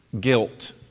guilt